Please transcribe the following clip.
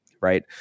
Right